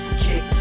kick